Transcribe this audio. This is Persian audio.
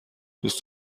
دوست